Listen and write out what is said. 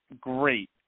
great